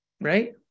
right